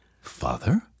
Father